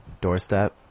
doorstep